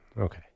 Okay